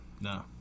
No